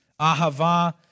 Ahava